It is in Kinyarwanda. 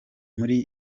muri